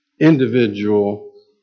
individual